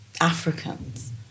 Africans